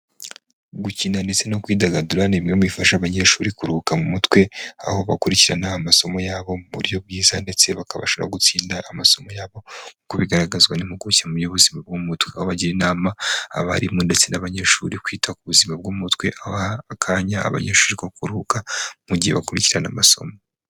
Gukina ndetse no kwidagadura ni bimwe mu bifasha abanyeshuri kuruhuka mu mutwe, aho bakurikirana amasomo yabo mu buryo bwiza ndetse bakabasha no gutsinda amasomo yabo, uko bigaragazwa n'impuguke mu buzima bwo mu mutwe, aho bagira inama abarimu ndetse n'abanyeshuri kwita ku buzima bwo mu mutwe baha akanya abanyeshuri ko kuruhuka mu gihe bakurikirana amasomo.